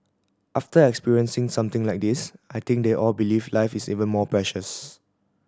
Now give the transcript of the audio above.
after experiencing something like this I think they all believe life is even more precious